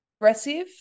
aggressive